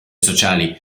sociali